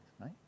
right